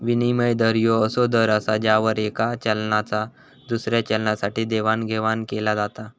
विनिमय दर ह्यो असो दर असा ज्यावर येका चलनाचा दुसऱ्या चलनासाठी देवाणघेवाण केला जाता